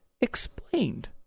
explained